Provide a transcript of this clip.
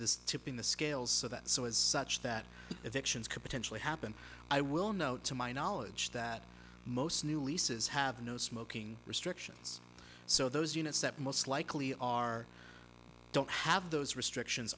this tipping the scales so that so is such that if actions could potentially happen i will note to my knowledge that most new leases have no smoking restrictions so those units that most likely are don't have those restrictions